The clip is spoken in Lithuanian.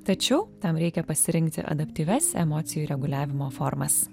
tačiau tam reikia pasirinkti adaptyvias emocijų reguliavimo formas